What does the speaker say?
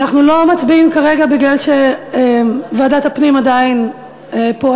אנחנו לא מצביעים כרגע מפני שוועדת הפנים עדיין פועלת,